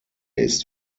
ist